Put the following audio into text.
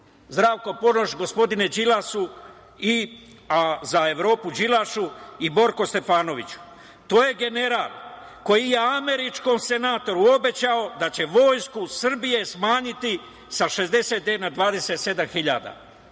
Zdravko Ponoš, gospodine Đilasu, a za Evropu Đilašu i Borku Stefanoviću? To je general koji je američkom senatoru obećao da će Vojsku Srbije smanjiti sa 62.000 na 27.000.